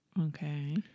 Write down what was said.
Okay